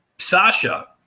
Sasha